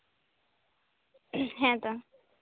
ᱦᱮᱸ ᱛᱚ